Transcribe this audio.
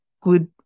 good